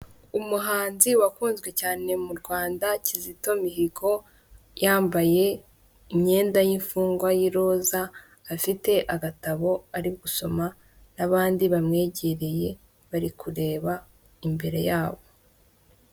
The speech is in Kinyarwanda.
Umuhanzi wakunzwe cyane mu Rwanda kizito mihigo yambaye imyenda y'imfungwa y'iroza afite agatabo ari gusoma n'abandi bamwegereye bari kureba imbere yabo .